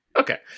Okay